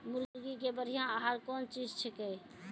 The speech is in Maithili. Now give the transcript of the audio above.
मुर्गी के बढ़िया आहार कौन चीज छै के?